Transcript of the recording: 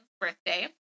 birthday